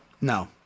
no